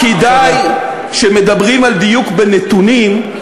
ולכן כדאי, כשמדברים על דיוק בנתונים,